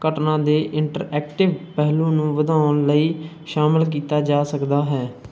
ਘਟਨਾ ਦੇ ਇੰਟਰਐਕਟਿਵ ਪਹਿਲੂ ਨੂੰ ਵਧਾਉਣ ਲਈ ਸ਼ਾਮਿਲ ਕੀਤਾ ਜਾ ਸਕਦਾ ਹੈ